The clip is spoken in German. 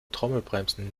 trommelbremsen